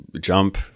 jump